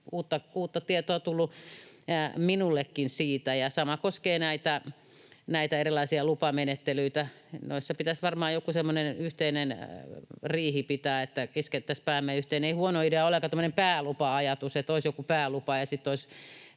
uutta tietoa on tullut minullekin siitä. Sama koskee näitä erilaisia lupamenettelyitä, joissa pitäisi varmaan joku semmoinen yhteinen riihi pitää, että iskettäisiin päämme yhteen. Ei huono idea ollenkaan tämmöinen päälupa-ajatus, että olisi joku päälupa ja sitten olisi